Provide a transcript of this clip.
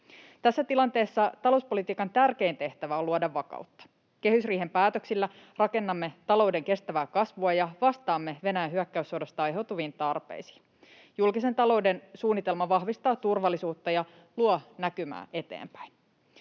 Tässä tilanteessa talouspolitiikan tärkein tehtävä on luoda vakautta. Kehysriihen päätöksillä rakennamme talouden kestävää kasvua ja vastaamme Venäjän hyökkäyssodasta aiheutuviin tarpeisiin. Julkisen talouden suunnitelma vahvistaa turvallisuutta ja luo näkymää eteenpäin.